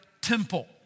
temple